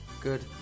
Good